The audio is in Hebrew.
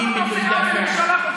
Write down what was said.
חבר'ה, אני מבקש עכשיו שקט.